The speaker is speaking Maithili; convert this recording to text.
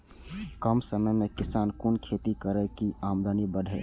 कम समय में किसान कुन खैती करै की आमदनी बढ़े?